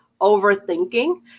overthinking